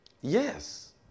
Yes